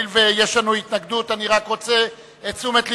אני רק רוצה את תשומת לבכם,